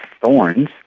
thorns